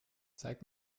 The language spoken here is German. zeig